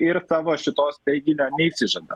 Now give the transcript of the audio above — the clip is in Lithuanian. ir savo šitos teiginio neišsižadat